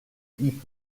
eaten